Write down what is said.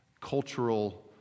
cultural